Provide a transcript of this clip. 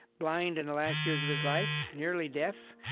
blind in the last years of his life, nearly deaf,